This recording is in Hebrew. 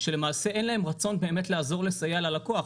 שלמעשה אין להם רצון לעזור ולסייע ללקוח,